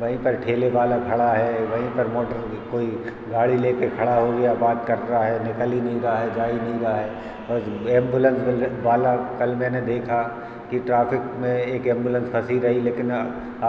वहीं पर ठेले वाला खड़ा है वही पर मोटर की कोई गाड़ी लेकर खड़ा हो गया बात कर रहा है निकल ही नहीं रहा है जाई नहीं रहा है बस एम्बुलेंस वाला कल मैंने देखा कि ट्राफ़िक में एक एम्बुलेंस फँसी रही लेकिन